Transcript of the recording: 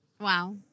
Wow